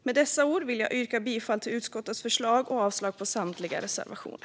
Med dessa ord vill jag yrka bifall till utskottets förslag och avslag på samtliga reservationer.